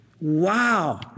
Wow